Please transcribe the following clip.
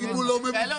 אם הוא לא ממוצא,